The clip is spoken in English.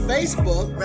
Facebook